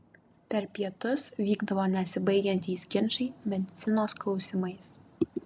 per pietus vykdavo nesibaigiantys ginčai medicinos klausimais